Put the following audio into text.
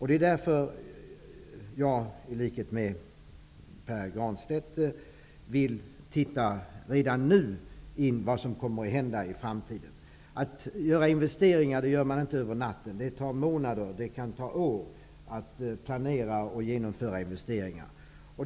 Det är därför som jag i likhet med Pär Granstedt redan nu vill titta in i framtiden och se vad som kommer att hända. Investeringar gör man inte över en natt. Det tar månader, kanske år, att planera och genomföra investeringar.